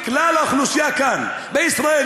כלל האוכלוסייה כאן בישראל,